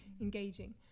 engaging